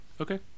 Okay